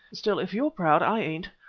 still, if you're proud, i ain't.